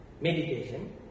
meditation